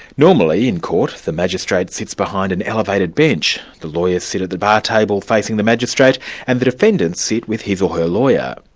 normally in court the magistrate sits behind an elevated bench. the lawyers sit at the bar table facing the magistrate and the defendant sits with his or her lawyer.